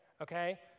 okay